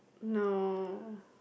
no